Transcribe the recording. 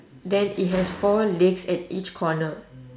then it has four legs at each corner